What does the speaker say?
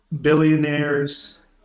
billionaires